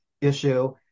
issue